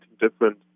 different